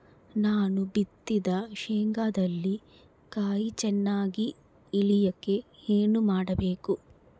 ನಾನು ಬಿತ್ತಿದ ಶೇಂಗಾದಲ್ಲಿ ಕಾಯಿ ಚನ್ನಾಗಿ ಇಳಿಯಕ ಏನು ಮಾಡಬೇಕು?